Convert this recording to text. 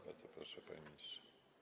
Bardzo proszę, panie ministrze.